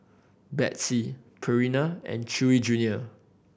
Betsy Purina and Chewy Junior